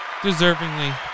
Deservingly